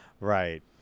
Right